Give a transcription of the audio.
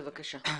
בבקשה.